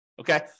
okay